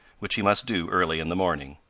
which he must do early in the morning.